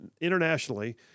internationally